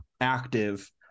active